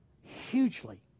Hugely